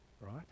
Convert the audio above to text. Right